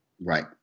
Right